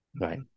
Right